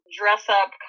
dress-up